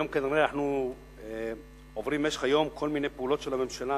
היום כנראה אנחנו עוברים במשך היום כל מיני פעולות של הממשלה,